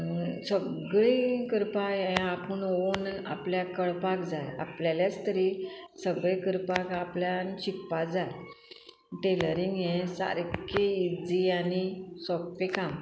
सगळीं करपा हें आपूण ओन आपल्याक कळपाक जाय आपल्यालेच तरी सगळें करपाक आपल्यान शिकपाक जाय टेलरींग हें सारकें इजी आनी सोपें काम